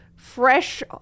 fresh